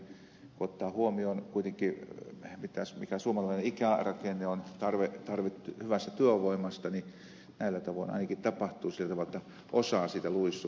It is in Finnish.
kun ottaa huomioon kuitenkin mikä suomalaisten ikärakenne on että on tarve hyvästä työvoimasta niin näillä tavoin tapahtuu ainakin sillä tavoin että osa siitä luisuu